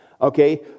Okay